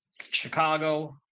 Chicago